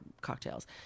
cocktails